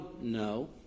No